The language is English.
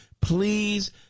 please